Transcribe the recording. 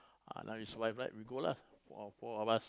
ah now is five right we go lah four of us